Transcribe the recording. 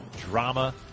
drama